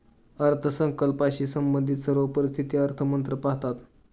अर्थसंकल्पाशी संबंधित सर्व परिस्थिती अर्थमंत्री पाहतात